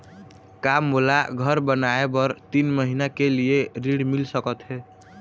का मोला घर बनाए बर तीन महीना के लिए ऋण मिल सकत हे?